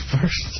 First